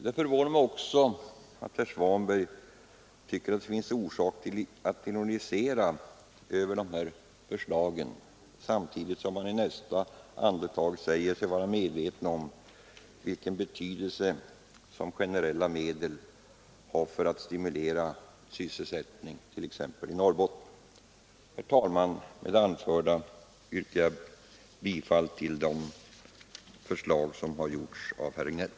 Det förvånar mig också att herr Svanberg tycker det finns orsak att ironisera över de här förslagen, när han i nästa andetag säger sig vara medveten om vilken stor betydelse de generella medlen har för att stimulera sysselsättningen i t.ex. Norrbotten. Herr talman! Med det anförda yrkar jag bifall till de yrkanden som har framställts av herr Regnéll.